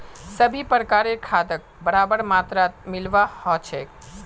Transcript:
सभी प्रकारेर खादक बराबर मात्रात मिलव्वा ह छेक